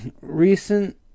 Recent